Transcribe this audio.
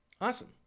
awesome